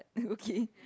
uh okay